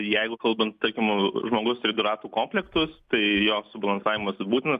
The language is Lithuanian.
jeigu kalbant tarkim žmogus turi du ratų komplektus tai jo subalansavimas būtinas